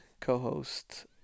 co-host